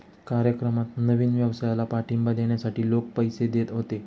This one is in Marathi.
कार्यक्रमात नवीन व्यवसायाला पाठिंबा देण्यासाठी लोक पैसे देत होते